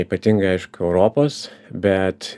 ypatingai aišku europos bet